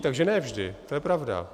Takže ne vždy, to je pravda.